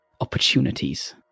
opportunities